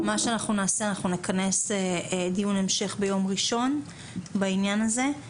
מה שאנחנו נעשה זה שנכנס דיון המשך ביום ראשון בעניין הזה.